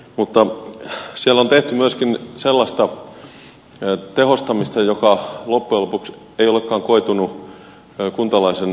mutta siellä on tehty myöskin sellaista tehostamista joka loppujen lopuksi ei olekaan koitunut kuntalaisen hyödyksi